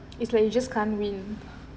it's like you just can't win